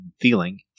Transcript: feeling